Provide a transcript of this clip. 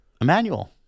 Emmanuel